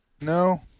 No